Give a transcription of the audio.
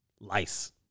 lice